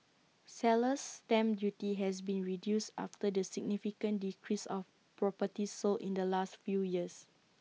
seller's stamp duty has been reduced after the significant decrease of properties sold in the last few years